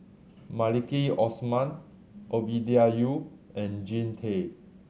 Maliki Osman Ovidia Yu and Jean Tay